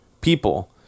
people